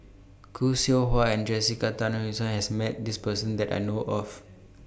Khoo Seow Hwa and Jessica Tan Reason has Met This Person that I know of